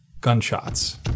gunshots